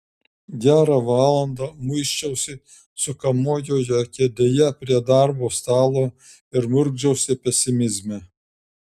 gerą valandą muisčiausi sukamojoje kėdėje prie darbo stalo ir murkdžiausi pesimizme